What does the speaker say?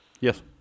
Yes